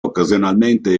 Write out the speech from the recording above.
occasionalmente